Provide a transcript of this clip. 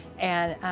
and.